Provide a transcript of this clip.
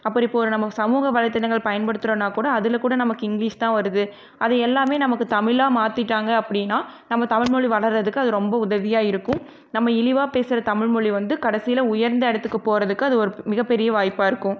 அப்புறம் இப்போது நம்ம சமூக வலை தளங்கள் பயன்படுத்துகிறோம்னா கூட அதில் கூட நமக்கு இங்கிலீஷ் தான் வருது அது எல்லாமே நமக்கு தமிழாக மாற்றிட்டாங்க அப்படின்னா நம்ம தமிழ்மொழி வளர்கிறதுக்கு அது ரொம்ப உதவியாக இருக்கும் நம்ம இழிவாக பேசுகிற தமிழ்மொழி வந்து கடைசியில உயர்ந்த இடத்துக்கு போகிறதுக்கு அது ஒரு மிக பெரிய வாய்ப்பாக இருக்கும்